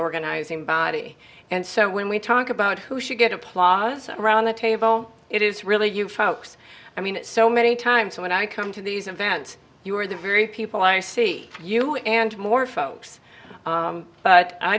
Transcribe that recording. organizing body and so when we talk about who should get a plaza around the table it is really you folks i mean so many times when i come to these events you are the very people i see you and more folks but i